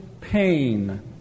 pain